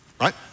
right